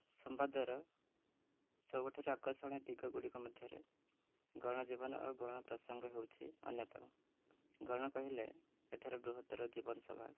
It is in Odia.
ସମ୍ବାଦର ସବୁଠାରୁ ଆକର୍ଷଣୀୟ ଦିଗ ଗୁଡ଼ିକ ମଧ୍ୟରେ ଗଣ ଜୀବନ ଓ ଗଣପ୍ରସଙ୍ଗ ହେଉଛି ଅନ୍ୟତମ ଗଣ କହିଲେ ଏଠାରେ ବୃହତ୍ତର ଜୀବନ ସଭା